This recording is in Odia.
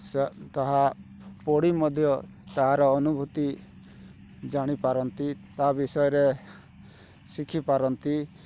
ସାଆ ତାହା ପଢ଼ି ମଧ୍ୟ ତାହାର ଅନୁଭୂତି ଜାଣିପାରନ୍ତି ତାହା ବିଷୟରେ ଶିଖିପାରନ୍ତି